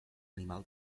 animal